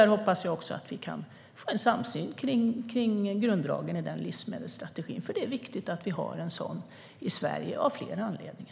Där hoppas jag att vi kan få en samsyn kring grunddragen i den livsmedelsstrategin. Det är viktigt att vi har en sådan i Sverige av flera anledningar.